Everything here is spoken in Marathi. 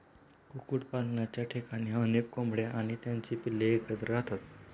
कुक्कुटपालनाच्या ठिकाणी अनेक कोंबड्या आणि त्यांची पिल्ले एकत्र राहतात